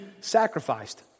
sacrificed